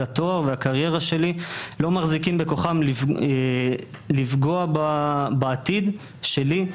התואר והקריירה שלי לא מחזיקים בכוחם לפגוע בעתיד שלי?